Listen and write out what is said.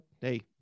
hey